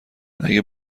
اگه